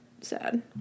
Sad